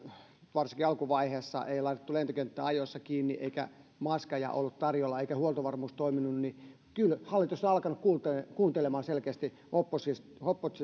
varsinkin alkuvaiheessa se tiedetään kun ei laitettu lentokenttää ajoissa kiinni eikä maskeja ollut tarjolla eikä huoltovarmuus toiminut kyllä hallitus on alkanut kuuntelemaan kuuntelemaan selkeästi